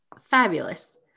fabulous